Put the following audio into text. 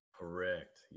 correct